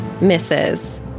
misses